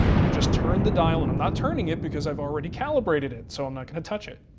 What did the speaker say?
you just turn the dial, and i'm not turning it because i've already calibrated it, so i'm not going to touch it.